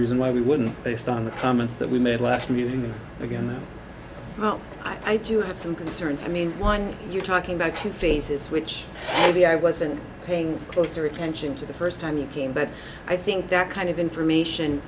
reason why we wouldn't based on the comments that we made last meeting and again i do have some concerns i mean one you're talking about two faces which maybe i wasn't paying closer attention to the first time you came but i think that kind of information